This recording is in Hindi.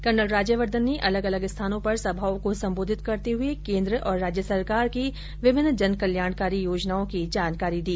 कर्नल राज्यवर्धन ने अलग अलग स्थानों पर सभाओं को सम्बोधित करते हए केन्द्र और राज्य सरकार की विभिन्न जनकल्याणकारी योजनाओं की जानकारी दी